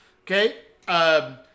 Okay